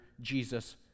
Jesus